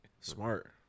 smart